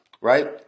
right